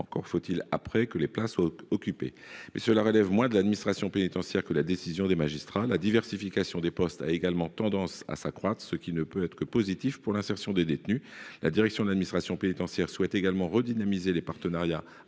Encore faut-il ensuite que les places soient occupées, mais cela relève moins de l'administration pénitentiaire que de la décision des magistrats. La diversification des postes a également tendance à s'accroître, ce qui ne peut être que positif pour l'insertion des détenus. La direction de l'administration pénitentiaire souhaite également redynamiser les partenariats